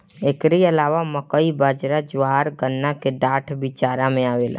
एकरी अलावा मकई, बजरा, ज्वार, गन्ना के डाठ भी चारा में आवेला